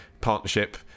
partnership